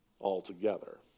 altogether